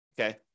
okay